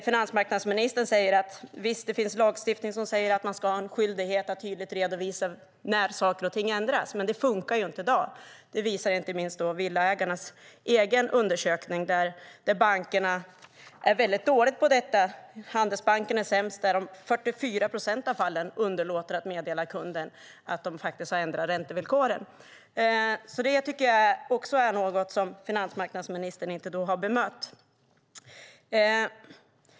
Finansmarknadsministern säger att vi har en lagstiftning som säger att det finns en skyldighet att tydligt redovisa när saker och ting ändras. Men det fungerar ju inte i dag. Inte minst Villaägarnas egen undersökning visar att bankerna är väldigt dåliga på detta. Handelsbanken är sämst. De underlåter i 44 procent av fallen att meddela kunden att de har ändrat räntevillkoren. Detta är också något som finansmarknadsministern inte har bemött.